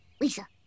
Lisa